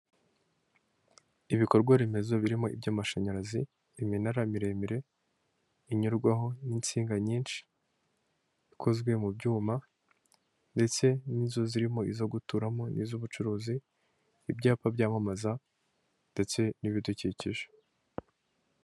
Ibikorwaremezo birimo iby'amashanyarazi iminara miremire inyurwaho n'insinga nyinshi ikozwe mu byuma ndetse n'inzu zirimo izo guturamo n'iz'ubucuruzi, ibyapa byamamaza ndetse n'ibidukikije.